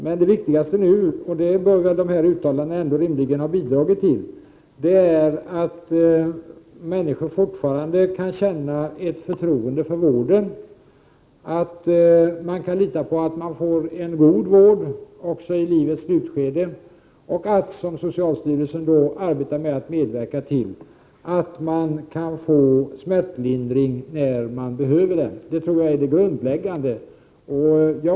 Men det viktigaste är nu att — och det bör dessa uttalanden rimligen ha bidragit till - människor fortfarande kan känna förtroende för vården, att de kan lita på att de får en god vård också i livets slutskede och att man, vilket socialstyrelsen arbetar för att medverka till, kan få smärtlindring när man behöver det. Det tror jag är det grundläggande.